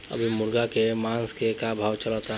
अभी मुर्गा के मांस के का भाव चलत बा?